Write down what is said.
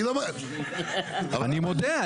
אני מודה.